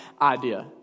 idea